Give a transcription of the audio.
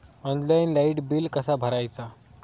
Online light bill कसा भरायचा?